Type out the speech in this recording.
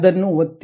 ಅದನ್ನು ಒತ್ತಿ